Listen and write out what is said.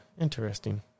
Interesting